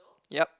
yep